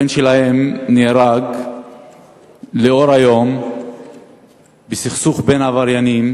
הבן שלהם נהרג לאור היום בסכסוך בין עבריינים.